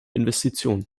investitionen